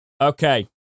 Okay